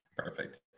Perfect